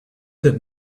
that